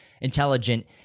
intelligent